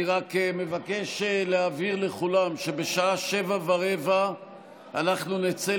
אני מבקש להבהיר לכולם שבשעה 19:15 נצא